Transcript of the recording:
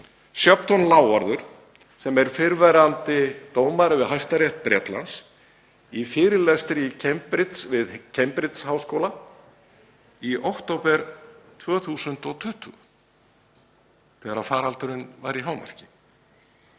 lávarður, sem er fyrrverandi dómari við Hæstarétt Bretlands, í fyrirlestri við Cambridge-háskóla í október 2020 þegar faraldurinn var í hámarki.